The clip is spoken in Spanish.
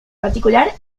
particular